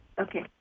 Okay